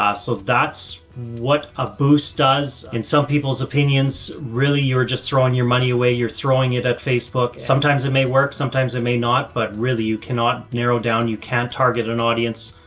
ah so that's what a boost does in some people's opinions. really. you're just throwing your money away. you're throwing it at facebook. sometimes it may work, sometimes it may not, but really you cannot narrow down. you can't target an audience,